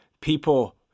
People